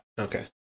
Okay